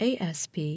asp